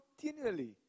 continually